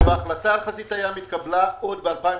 ההחלטה על חזית הים התקבלה עוד ב-2017.